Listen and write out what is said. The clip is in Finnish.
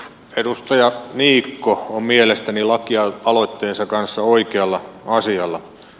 edustaja niikko on mielestäni lakialoitteensa kanssa oikealla asialla